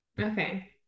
Okay